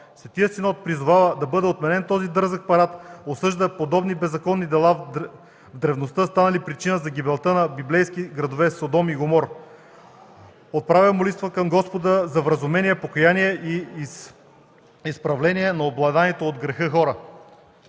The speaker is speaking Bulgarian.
Светият синод призовава да бъде отменен този дързък парад, осъжда подобни беззаконни дела, в древността станали причина за гибелта на библейските градове Содом и Гомор. Отправям молитва към Господа за вразумление, покаяние и изправление на обладаните от греха хора”.